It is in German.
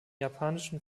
japanischen